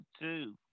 two